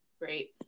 great